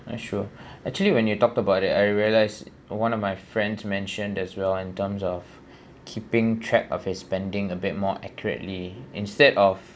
sure actually when you talked about that I realised one of my friend mentioned as well in terms of keeping track of his spending a bit more accurately instead of